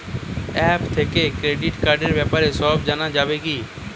App থেকে credit কার্ডর ব্যাপারে সব জানা যাবে কি?